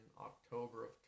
October